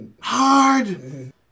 Hard